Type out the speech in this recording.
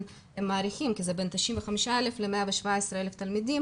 הם מעריכים כי זה בין 95,000 ל-117,000 תלמידים